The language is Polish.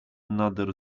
nader